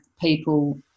people